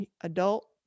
adult